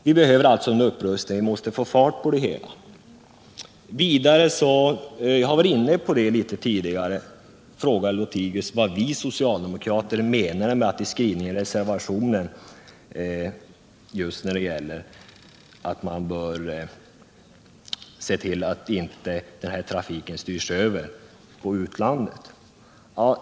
Vi behöver alltså en upprustning, och vi måste få fart på det hela. Herr Lothigius frågar vad vi socialdemokrater menar med skrivningen i reservationen, att man bör se till att den här trafiken inte styrs över till utlandet.